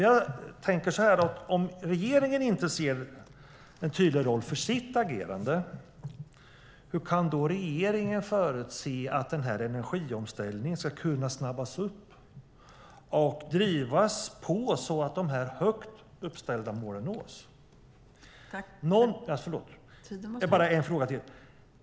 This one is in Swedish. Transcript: Jag tänker så här: Om regeringen inte ser en tydlig roll för sitt agerande, hur kan då regeringen förutse att energiomställningen ska kunna snabbas upp och drivas på så att de högt uppställda målen nås?